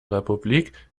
republik